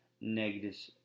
negative